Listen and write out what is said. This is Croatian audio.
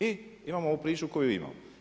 I imamo ovu priču koju imamo.